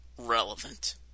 Relevant